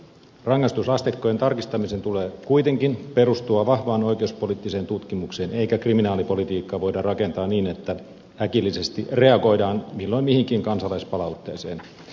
rangaistusasteikkojen tarkistamisen tulee kuitenkin perustua vahvaan oikeuspoliittiseen tutkimukseen eikä kriminaalipolitiikkaa voida rakentaa niin että äkillisesti reagoidaan milloin mihinkin kansalaispalautteeseen